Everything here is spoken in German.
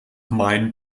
mein